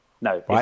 No